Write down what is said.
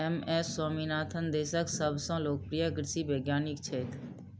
M S Swaminathan देशक सबसं लोकप्रिय कृषि वैज्ञानिक छथि